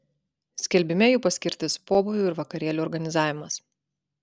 skelbime jų paskirtis pobūvių ir vakarėlių organizavimas